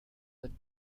would